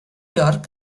york